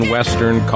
Western